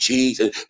Jesus